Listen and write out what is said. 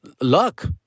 luck